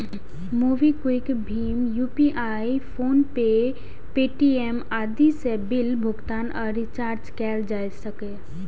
MobiKwik, भीम UPI, PhonePe, Paytm आदि सं बिल भुगतान आ रिचार्ज कैल जा सकैए